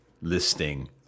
listing